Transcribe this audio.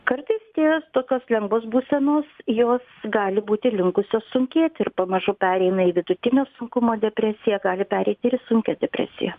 kartais tie tokios lengvos būsenos jos gali būti linkusios sunkėti ir pamažu pereina į vidutinio sunkumo depresiją gali pereiti ir sunkią depresiją